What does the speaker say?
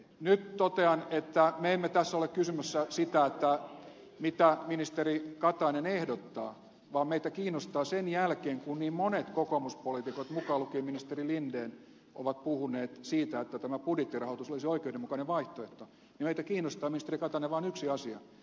nyt totean että me emme tässä ole kysymässä mitä ministeri katainen ehdottaa vaan sen jälkeen kun niin monet kokoomuspoliitikot mukaan lukien ministeri linden ovat puhuneet siitä että tämä budjettirahoitus olisi oikeudenmukainen vaihtoehto meitä kiinnostaa ministeri katainen vain yksi asia